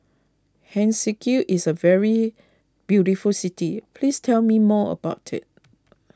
Helsinki is a very beautiful city please tell me more about it